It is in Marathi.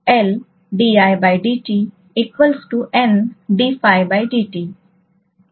आम्ही लिहू शकतो